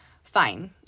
Fine